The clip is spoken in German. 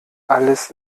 alles